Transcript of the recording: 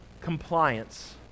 compliance